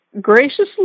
graciously